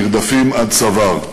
נרדפים עד צוואר.